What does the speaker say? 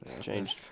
Changed